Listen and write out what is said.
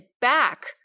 back